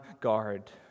guard